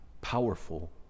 powerful